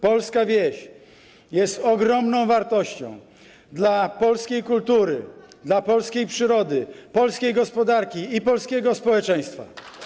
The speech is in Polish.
Polska wieś jest ogromną wartością dla polskiej kultury, dla polskiej przyrody, polskiej gospodarki i polskiego społeczeństwa.